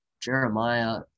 Jeremiah